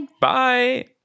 Bye